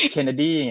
Kennedy